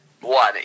one